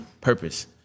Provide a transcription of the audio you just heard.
Purpose